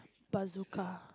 bazooka